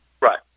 right